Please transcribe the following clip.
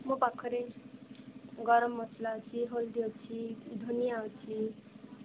ମୋ ପାଖରେ ଗରମ ମସଲା ଅଛି ହଳଦୀ ଅଛି ଧନିଆଁ ଅଛି